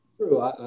True